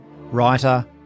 writer